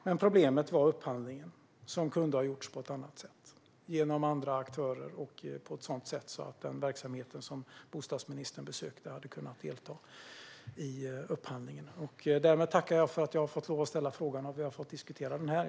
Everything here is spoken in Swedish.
Men problemet var upphandlingen, som kunde ha gjorts på ett annat sätt genom andra aktörer och på ett sådant sätt att den verksamhet som bostadsministern besökte hade kunnat delta i upphandlingen. Därmed tackar jag för att jag har fått lov att ställa interpellationen och för att vi har fått diskutera den.